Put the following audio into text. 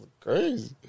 Crazy